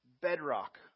Bedrock